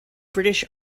british